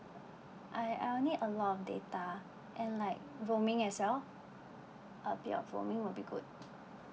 I I need a lot of data and like roaming as well ah yup roaming would be good